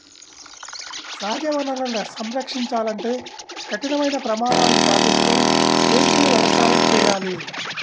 సహజ వనరులను సంరక్షించాలంటే కఠినమైన ప్రమాణాలను పాటిస్తూ సేంద్రీయ వ్యవసాయం చేయాలి